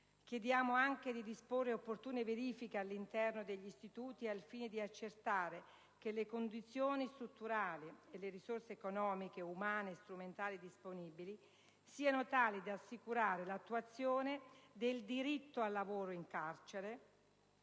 Chiediamo anche di disporre opportune verifiche all'interno degli istituti al fine di accertare che le condizioni strutturali e le risorse economiche, umane e strumentali disponibili siano tali da assicurare l'attuazione del diritto al lavoro in carcere,